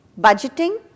budgeting